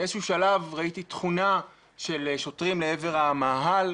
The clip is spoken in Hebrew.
באיזה שהוא שלב ראיתי תכונה של שוטרים לעבר המאהל,